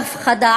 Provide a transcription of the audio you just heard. וההפחדה.